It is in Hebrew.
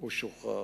הוא שוחרר.